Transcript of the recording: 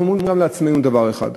אנחנו גם אומרים לעצמנו דבר אחד,